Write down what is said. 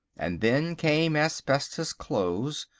and then came asbestos clothes.